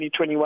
2021